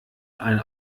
ein